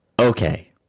Okay